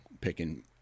Picking